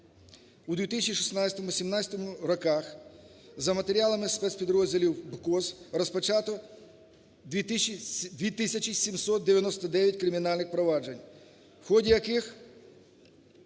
у 2016-2017 роках за матеріалами спецпідрозділів БКОЗ розпочато 2 тисячі 799 кримінальних проваджень, в ході яких